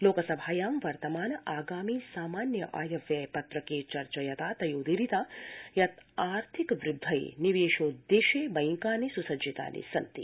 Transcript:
लोकसभायां वर्तमान आगामि सामान्य आय व्यय पत्रके चर्चयता तयोदीरिता यत् आर्थिक वृद्धये निवेशोद्देश्ये बैंकानि स्सज्जितानि सन्ति